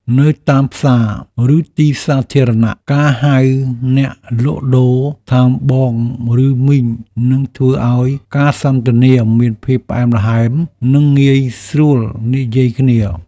នៅតាមផ្សារឬទីសាធារណៈការហៅអ្នកលក់ដូរថាបងឬមីងនឹងធ្វើឱ្យការសន្ទនាមានភាពផ្អែមល្ហែមនិងងាយស្រួលនិយាយគ្នា។